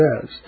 says